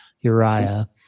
Uriah